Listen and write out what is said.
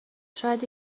شاید